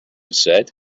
said